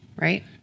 Right